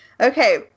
Okay